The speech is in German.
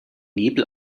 nebel